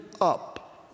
up